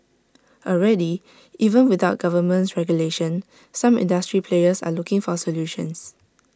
already even without government regulation some industry players are looking for solutions